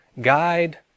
guide